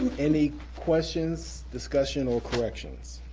and any questions, discussion, or corrections?